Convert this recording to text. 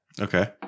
okay